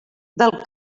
del